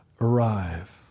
arrive